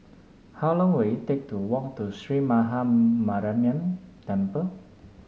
how long will it take to walk to Sree Maha Mariamman Temple